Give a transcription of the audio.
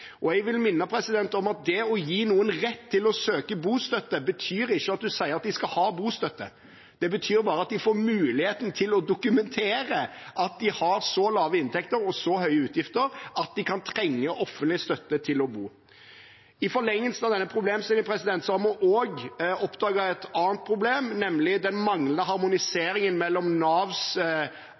Jeg vil minne om at det å gi noen rett til å søke bostøtte ikke betyr å si at de skal ha bostøtte. Det betyr bare at de får muligheten til å dokumentere at de har så lave inntekter og så høye utgifter at de kan trenge offentlig støtte til å bo. I forlengelsen av denne problemstillingen har vi også oppdaget et annet problem, nemlig den manglende harmoniseringen mellom Navs